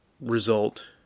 result